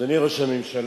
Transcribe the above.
אדוני ראש הממשלה,